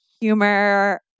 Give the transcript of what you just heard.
humor